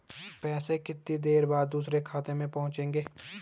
पैसे कितनी देर बाद दूसरे खाते में पहुंचेंगे?